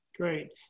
Great